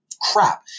crap